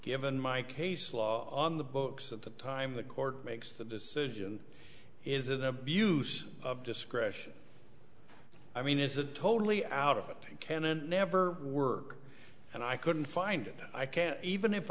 given my case law on the books at the time the court makes that decision is an abuse of discretion i mean is it totally out of it can it never work and i couldn't find it i can't even if